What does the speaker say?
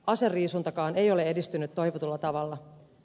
aseriisuntakaan ei ole edistynyt toivotulla tavalla